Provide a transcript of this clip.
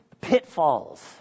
pitfalls